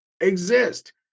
exist